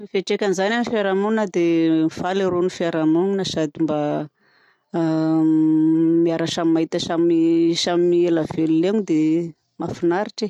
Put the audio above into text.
Ny fiantraikan'izany amin'ny fiaraha-monina dia faly arô ny fiaraha-monina sady mba miara samy mahita samy ela velona eny dia mahafinaritra e.